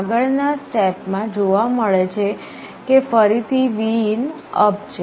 આગળ ના સ્ટેપ માં જોવા મળે છે કે ફરીથી Vin અપ છે